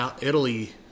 Italy